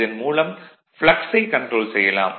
இதன் மூலம் ப்ளக்ஸை கன்ட்ரோல் செய்யலாம்